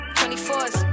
24's